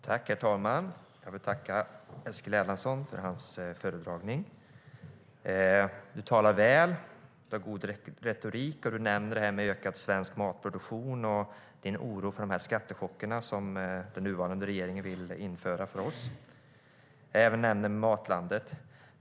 Herr talman! Jag vill dig tacka, Eskil Erlandsson, för föredragningen. Du talar väl, du har god retorik och du nämner ökad svensk matproduktion och din oro för skattechockerna som den nuvarande regeringen vill införa. Du nämner även Matlandet.